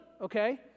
okay